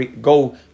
go